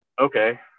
okay